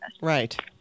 Right